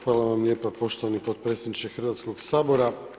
Hvala vam lijepo poštovani potpredsjedniče Hrvatskog sabora.